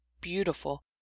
beautiful